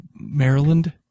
Maryland